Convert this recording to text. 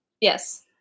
Yes